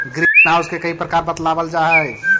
green house के कई प्रकार बतलावाल जा हई